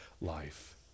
life